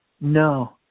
No